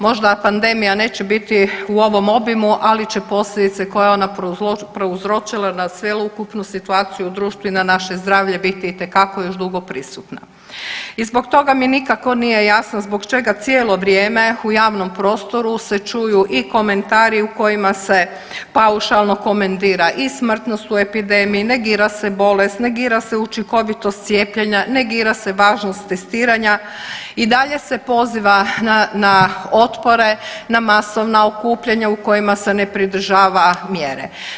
Možda pandemija neće biti u ovom obimu, ali će posljedice koja je ona prouzročila na cjelokupnu situaciju u društvu i na naše zdravlje biti itekako još dugo prisutna i zbog toga mi nikako nije jasno zbog čega cijelo vrijeme u javnom prostoru se čuju i komentari u kojima se paušalno komentira i smrtnost u epidemiji i negira se bolest, negira se učinkovitost cijepljenja, negira se važnost testiranja, i dalje se poziva na otpore, na masovna okupljanja u kojima se ne pridržava mjere.